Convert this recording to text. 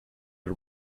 the